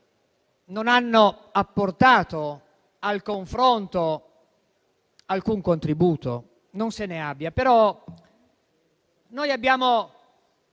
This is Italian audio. non hanno apportato al confronto alcun contributo; non se ne abbia. Quando vogliamo